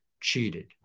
cheated